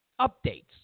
updates